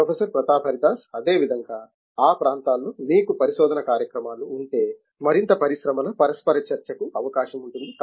professor Pratap Haridas అదేవిధంగా ఆ ప్రాంతాల్లో మీకు పరిశోధనా కార్యక్రమాలు ఉంటే మరింత పరిశ్రమల పరస్పర చర్చకు అవకాశం ఉంటుంది